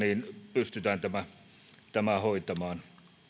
pystytään tämä hoitamaan